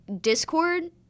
Discord